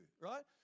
right